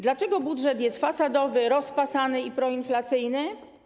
Dlaczego budżet jest fasadowy, rozpasany i proinflacyjny?